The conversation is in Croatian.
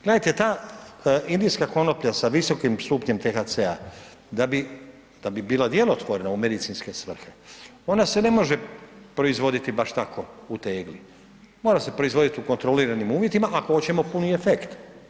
Gledajte ta indijska konoplja, sa visokim stupnjem THC-a da bi bila djelotvorna u medicinske svrhe, ona se ne može proizvoditi baš tako u tegli, mora se proizvoditi u kontroliranim uvjetima, ako hoćemo puni efekt.